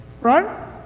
right